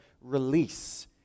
release